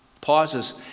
pauses